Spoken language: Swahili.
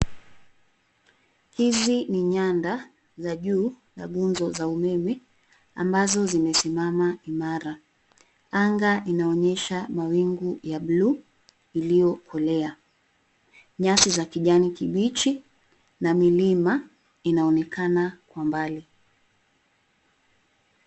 Hizi ni nyanda za juu na nguzo za umeme ambazo zimesimama imara. Anga inaonyesha mawingu ya blue iliyokolea. Nyasi za kijani kibichi na milima inaonekana kwa mbali.